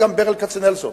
וגם ברל כצנלסון.